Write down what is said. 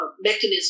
mechanism